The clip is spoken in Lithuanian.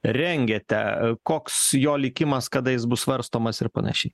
rengiate koks jo likimas kada jis bus svarstomas ir panašiai